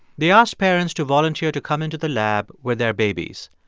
they asked parents to volunteer to come into the lab with their babies.